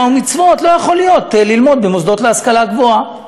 ומצוות לא יכול ללמוד במוסדות להשכלה גבוהה,